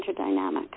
interdynamic